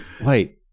wait